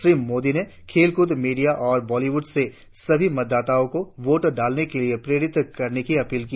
श्री मोदी ने खेलकूद मीडिया और बॉलीवुड से भी मतदाताओ को वोट डालने के लिए प्रेरित करने की अपील की